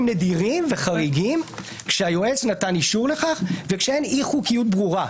נדירים וחריגים כשהיועץ נתן אישור לכך וכשאין אי חוקיות ברורה,